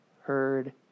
heard